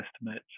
estimates